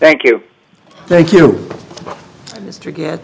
thank you thank you mr get